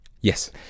Yes